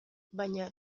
baina